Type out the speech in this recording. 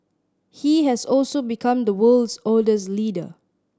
he has also become the world's oldest leader